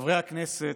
חברי הכנסת,